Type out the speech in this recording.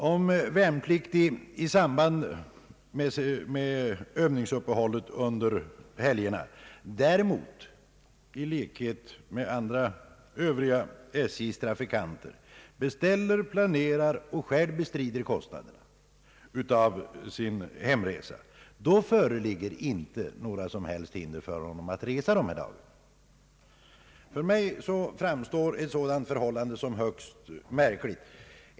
Om en värnpliktig i samband med övningsuppehållet under helgerna däremot i likhet med SJ:s övriga trafikanter beställer, planerar och själv bestrider kostnaderna för sin hemresa, föreligger inte några som helst hinder för honom att resa dessa dagar. För mig framstår ett sådant förhållande som högst märkligt.